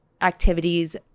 activities